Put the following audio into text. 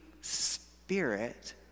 spirit